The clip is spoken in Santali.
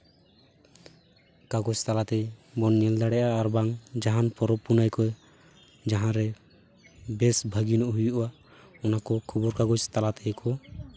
ᱠᱟᱜᱚᱡ ᱛᱟᱞᱟ ᱛᱮᱵᱚᱱ ᱧᱮᱞ ᱫᱟᱲᱮᱭᱟᱜᱼᱟ ᱟᱨᱵᱟᱝ ᱡᱟᱦᱟᱱ ᱯᱚᱨᱚᱵ ᱯᱩᱱᱟᱹᱭ ᱠᱚ ᱡᱟᱦᱟᱸᱨᱮ ᱵᱮᱥ ᱵᱷᱟᱹᱜᱤ ᱧᱚᱜ ᱦᱩᱭᱩᱜᱼᱟ ᱚᱱᱟ ᱠᱚ ᱠᱷᱚᱵᱚᱨ ᱠᱟᱜᱚᱡ ᱛᱟᱞᱟ ᱛᱮᱜᱮ ᱠᱚ